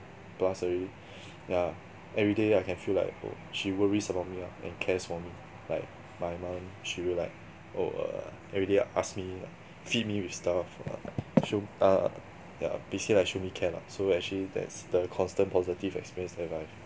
plus already yeah everyday I can feel like oh she worries about me lah and cares for me like my mum she will like oh err everyday ask me feed me with stuff uh show err ya busy like show me care lah so actually that's the constant positive experience that I've